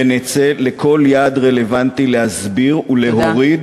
ונצא לכל יעד רלוונטי להסביר ולהוריד